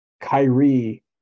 Kyrie